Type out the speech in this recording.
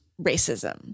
racism